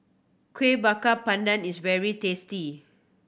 Kuih Bakar Pandan is very tasty